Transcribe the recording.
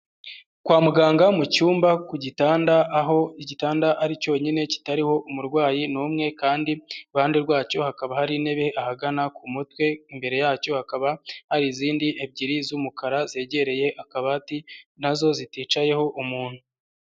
Kwa muganga mu cyumba ku gitanda aho igitanda ari cyonyine kitariho umurwayi n'umwe kandi iruhande rwacyo hakaba hari intebe, ahagana ku mutwe imbere yacyo hakaba hari izindi ebyiri z'umukara zegereye akabati na zo ziticayeho umuntu.